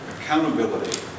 accountability